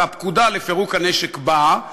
והפקודה לפירוק הנשק באה,